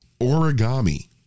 Origami